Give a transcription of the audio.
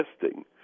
testing